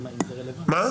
אתה